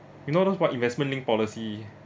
you know those what investment link policy